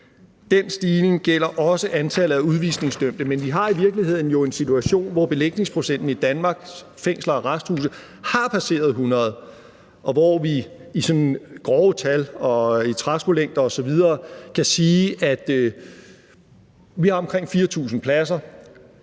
Den stigning gælder også antallet af udvisningsdømte. Men vi har jo i virkeligheden en situation, hvor belægningsprocenten i Danmarks fængsler og arresthuse har passeret 100, og hvor vi i grove tal og i træskolængder kan sige, at vi har omkring 4.000 pladser,